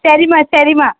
சரிம்மா சரிம்மா